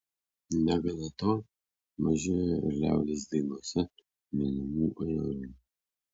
negana to mažėja ir liaudies dainose minimų ajerų